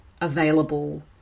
available